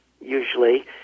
usually